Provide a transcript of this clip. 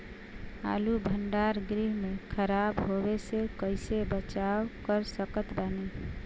आलू भंडार गृह में खराब होवे से कइसे बचाव कर सकत बानी?